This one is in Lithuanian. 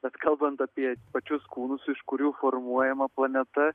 bet kalbant apie pačius kūnus iš kurių formuojama planeta